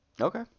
Okay